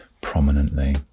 prominently